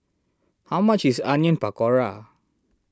how much is Onion Pakora